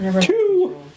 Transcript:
Two